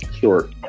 Sure